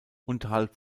unterhalb